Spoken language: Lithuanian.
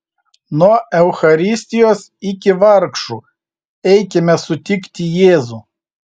nuo eucharistijos iki vargšų eikime sutikti jėzų